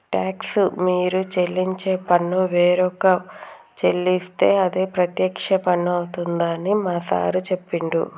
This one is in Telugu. టాక్స్ మీరు చెల్లించే పన్ను వేరొక చెల్లిస్తే అది ప్రత్యక్ష పన్ను అవుతుందని మా సారు చెప్పిండు